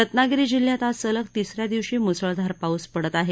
रत्नागिरी जिल्ह्यात आज सलग तिसऱ्या दिवशी मुसळधार पाऊस पडत आहे